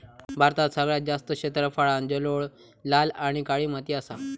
भारतात सगळ्यात जास्त क्षेत्रफळांत जलोळ, लाल आणि काळी माती असा